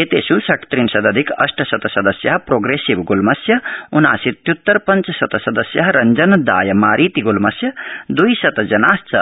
एतेष् षट्रिशदथिक अष्टशत सदस्याः प्रोप्रेसिव गुल्मस्य ऊनाशीत्युत्तर पञ्चशत सदस्या रब्जन दायमारीति गुल्मस्य द्वि शतजनाश्च